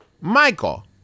Michael